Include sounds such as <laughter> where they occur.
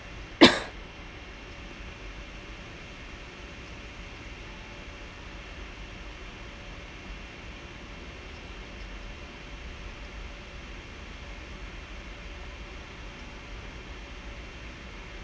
<coughs>